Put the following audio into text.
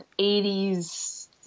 80s